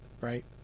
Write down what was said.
right